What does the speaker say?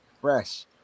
Fresh